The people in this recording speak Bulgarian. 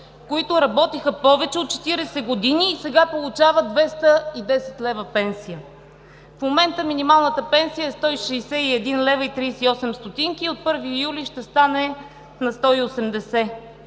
които работиха повече от 40 години и сега получават 210 лв. пенсия?! В момента минималната пенсия е 161,38 лв., а от 1 юли ще стане 180